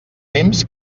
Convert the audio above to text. temps